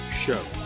show